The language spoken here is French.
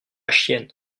chienne